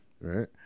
Right